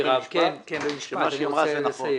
מה שהיא אמרה, זה נכון.